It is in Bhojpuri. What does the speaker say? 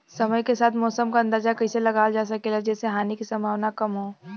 समय के साथ मौसम क अंदाजा कइसे लगावल जा सकेला जेसे हानि के सम्भावना कम हो?